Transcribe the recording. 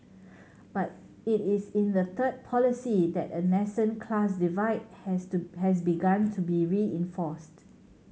but it is in the third policy that a nascent class divide has to has begun to be reinforced